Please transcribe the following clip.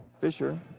Fisher